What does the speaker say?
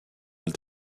elle